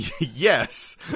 yes